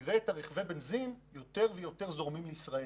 נראה יותר ויותר רכבי בנזין זורמים לישראל.